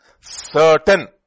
certain